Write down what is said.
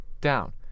down